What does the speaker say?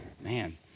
Man